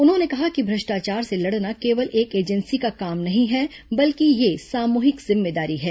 उन्होंने कहा कि भ्रष्टाचार से लड़ना केवल एक एजेंसी का काम नहीं है बल्कि यह सामूहिक जिम्मेदारी है